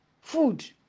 Food